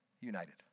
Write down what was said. united